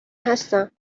هستم